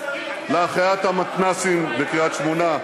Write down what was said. להחייאת המתנ"סים בקריית-שמונה,